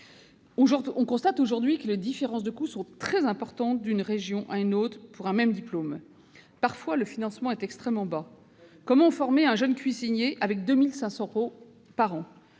On constate aujourd'hui que les différences de coût sont très importantes d'une région à l'autre pour un même diplôme. Absolument ! Parfois, le financement est extrêmement bas. Comment former un jeune cuisinier avec 2 500 euros par an ?